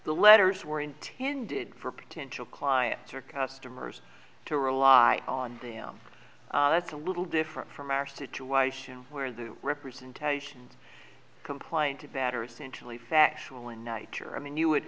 the letters were intended for potential clients or customers to rely on them that's a little different from our situation where the representations complained that are essentially factual in nature i mean you